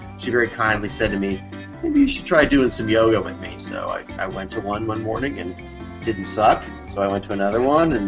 she very kindly said to me, maybe you should try doing some yoga with me. so i i went to one one morning and it didn't suck. so i went to another one. and